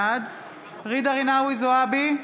בעד ג'ידא רינאוי זועבי,